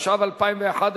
התשע"ב 2011,